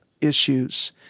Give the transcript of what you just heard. issues